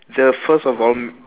they're first of all